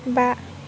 बा